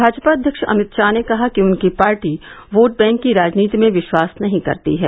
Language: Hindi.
भाजपा अध्यक्ष अमित शाह ने कहा कि उनकी पार्टी वोट बैंक की राजनीति में विश्वास नहीं करती है